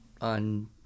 on